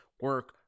Work